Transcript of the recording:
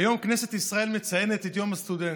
היום כנסת ישראל מציינת את יום הסטודנט,